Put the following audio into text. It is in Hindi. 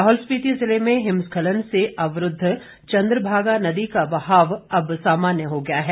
लाहौल स्पिति जिले में हिमस्खलन से अवरूद्ध चन्द्रभागा नदी का बहाव अब सामान्य हो गया है